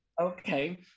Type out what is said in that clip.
Okay